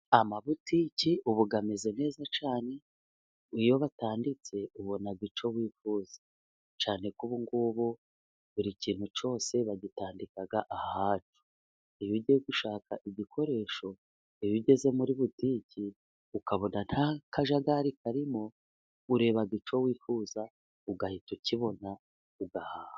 Amabutike ubu ameze beza cyane, iyo batanditse ubona icyo wifuza, cyane ko ubungubu buri kintu cyose bagitandika ahacyo, iyo ugiye gushaka ibikoresho iyo ugeze muri butike ukabona nta kajagari karimo, ureba icyo wifuza ugahita ukibona, ugahaha.